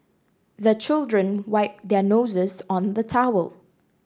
the children wipe their noses on the towel